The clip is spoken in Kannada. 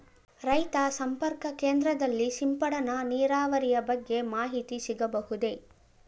ರೈತ ಸಂಪರ್ಕ ಕೇಂದ್ರದಲ್ಲಿ ಸಿಂಪಡಣಾ ನೀರಾವರಿಯ ಬಗ್ಗೆ ಮಾಹಿತಿ ಸಿಗಬಹುದೇ?